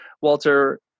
Walter